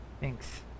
Thanks